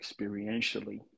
experientially